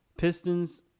Pistons